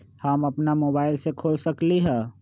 हम अपना मोबाइल से खोल सकली ह?